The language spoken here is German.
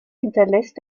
hinterlässt